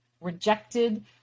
rejected